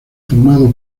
formado